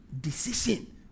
decision